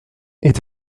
est